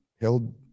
held